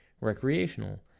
recreational